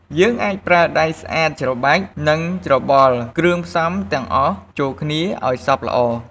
យើងប្រើដៃស្អាតច្របាច់ និងច្របល់គ្រឿងផ្សំទាំងអស់ចូលគ្នាឱ្យសព្វល្អ។